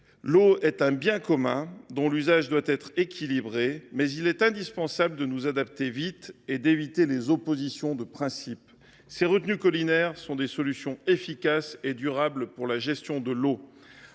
L’eau est un bien commun dont l’usage doit être équilibré ; mais il est indispensable de nous adapter vite et d’éviter les oppositions de principe. Les retenues collinaires sont des solutions efficaces et durables de gestion de l’eau.